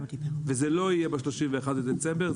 וזה לא יהיה ב-31 בדצמבר,